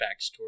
backstory